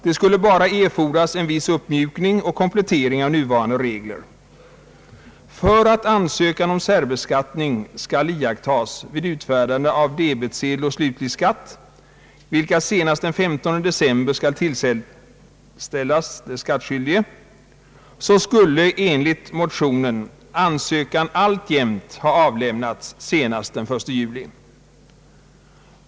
Det skulle endast erfordras en viss uppmjukning och komplettering av nuvarande regler. För att ansökan om särbeskattning skall iakttas vid utfärdande av debetsedlar på slutlig skatt, vilka senast den 15 december skall tillställas de skattskyldiga, skulle enligt motionen ansökan alltjämt ha avlämnats senast den 1 juli.